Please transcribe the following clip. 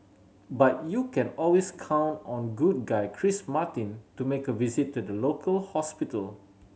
but you can always count on good guy Chris Martin to make a visit to the local hospital